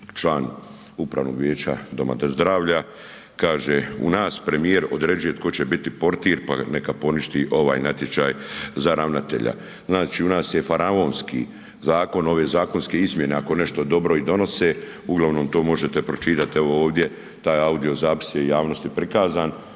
član upravnog vijeća doma zdravlja, kaže u nas premijer određuje tko će biti portir, pa neka poništi ovaj natječaj za ravnatelja. Znači u nas je faraonski zakon, ove zakonske izmjene ako nešto dobro i donose, uglavnom to možete pročitat evo ovdje, taj audio zapis je javnosti prikazan,